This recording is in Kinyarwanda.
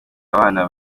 abana